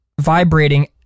vibrating